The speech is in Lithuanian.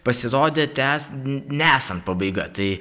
pasirodė tęs nesant pabaiga tai